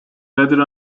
rather